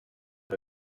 the